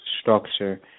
structure